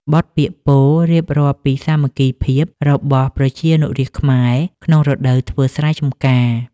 បទពាក្យពោលរៀបរាប់ពីសាមគ្គីភាពរបស់ប្រជានុរាស្ត្រក្នុងរដូវធ្វើស្រែចម្ការ។